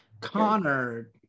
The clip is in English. Connor